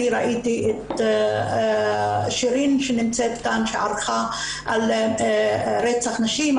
אני ראיתי את שירין שנמצאת כאן שערכה על רצח נשים,